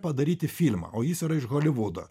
padaryti filmą o jis yra iš holivudo